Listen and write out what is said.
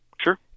Sure